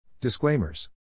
Disclaimers